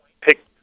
pick